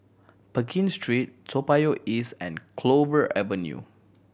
Pekin Street Toa Payoh East and Clover Avenue